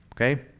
okay